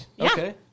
Okay